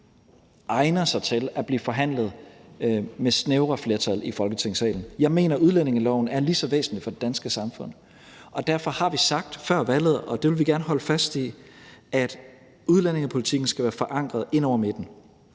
egner sig til at blive forhandlet med snævre flertal i Folketingssalen. Jeg mener, at udlændingeloven er lige så væsentlig for det danske samfund, og derfor har vi sagt før valget, og det vil vi gerne holde fast i, at udlændingepolitikken skal være forankret ind over midten.